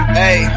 hey